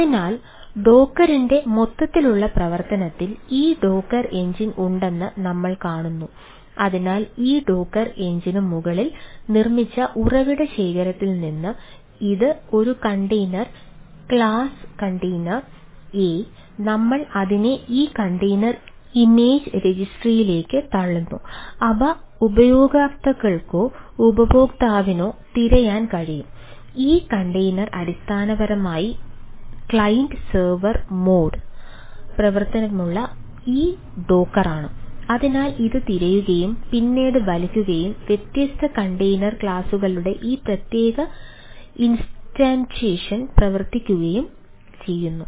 അതിനാൽ ഡോക്കറിന്റെപ്രവർത്തിക്കുകയും ചെയ്യുന്നു